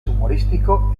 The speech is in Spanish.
humorístico